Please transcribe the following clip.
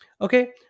okay